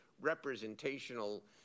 representational